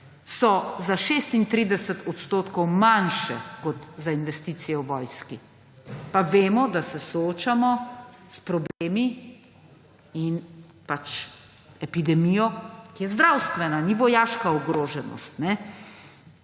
so za 36 % manjše kot za investicije v vojski. Pa vemo, da se soočamo s problemi in epidemijo, ki je zdravstvena, ni vojaška ogroženost.